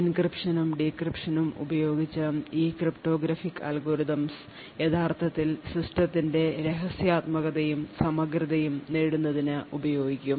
എൻക്രിപ്ഷനും ഡീക്രിപ്ഷനും ഉപയോഗിച്ച് ഈ ക്രിപ്റ്റോഗ്രാഫിക് അൽഗോരിതംസ് യഥാർത്ഥത്തിൽ സിസ്റ്റത്തിന്റെ രഹസ്യാത്മകതയും സമഗ്രതയും നേടുന്നതിന് ഉപയോഗിക്കും